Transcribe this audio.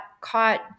caught